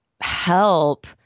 help